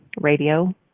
radio